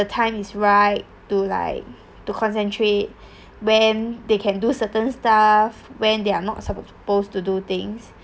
the time is right to like to concentrate when they can do certain stuff when they're not supposed to do things